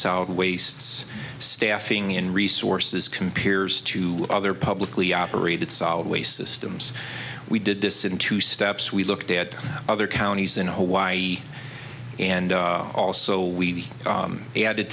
solid wastes staffing in resources compares to other publicly operated solid waste systems we did this in two steps we looked at other counties in hawaii and also we added